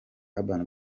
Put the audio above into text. urban